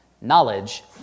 Knowledge